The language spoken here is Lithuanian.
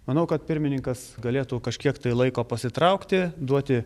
manau kad pirmininkas galėtų kažkiek laiko pasitraukti duoti